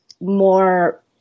more